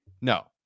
No